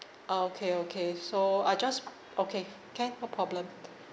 okay okay so I just okay can no problem